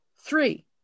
Three